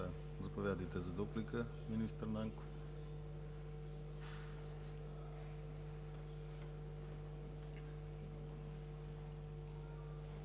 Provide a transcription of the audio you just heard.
Заповядайте за дуплика, министър Нанков.